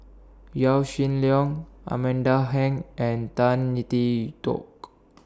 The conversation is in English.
Yaw Shin Leong Amanda Heng and Tan Tee Toke